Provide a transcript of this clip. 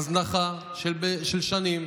בהזנחה של שנים